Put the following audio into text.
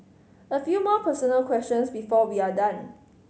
a few more personal questions before we are done